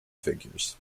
figures